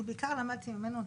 מי נמנע?